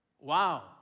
Wow